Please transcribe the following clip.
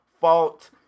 fault